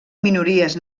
minories